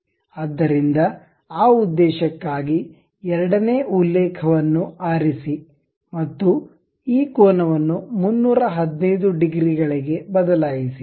ಆದ್ದರಿಂದ ಆ ಉದ್ದೇಶಕ್ಕಾಗಿ ಎರಡನೇ ಉಲ್ಲೇಖವನ್ನು ಆರಿಸಿ ಮತ್ತು ಈ ಕೋನವನ್ನು 315 ಡಿಗ್ರಿಗಳಿಗೆ ಬದಲಾಯಿಸಿ